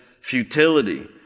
futility